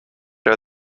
are